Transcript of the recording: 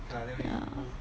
ya